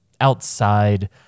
outside